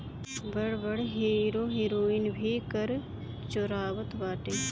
बड़ बड़ hero heroine भी कर चोरावत बाटे